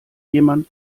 jemand